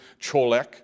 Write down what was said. cholek